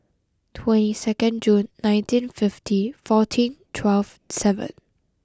twenty second June nineteen fifty fourteen twelve seven